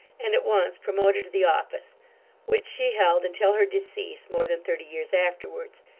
and at once promoted to the office which she held until her decease, more than thirty years afterwards,